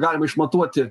galima išmatuoti